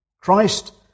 Christ